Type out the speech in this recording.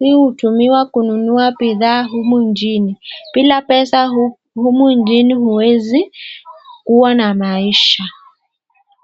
hii hutumiwa kununua bidhaa humu nchini. Bila pesa humu nchini huwezi kuwa na maisha.